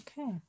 okay